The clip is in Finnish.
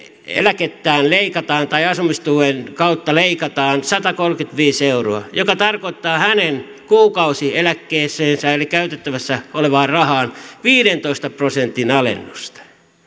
eläkettään asumistuen kautta leikataan satakolmekymmentäviisi euroa joka tarkoittaa hänen kuukausieläkkeeseensä eli käytettävissä olevaan rahaan viidentoista prosentin alennusta